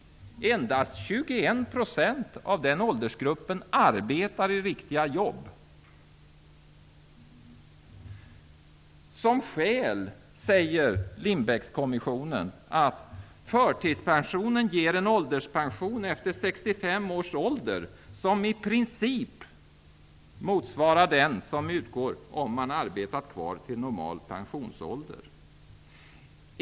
Endast 21 % av den åldersgruppen arbetar i riktiga jobb. Som skäl anger Lindbeckkommissionen att förtidspensionen ger en ålderspension efter 65 års ålder som i princip motsvarar den som utgår om man arbetat kvar till normal pensionsålder.